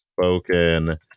spoken